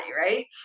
right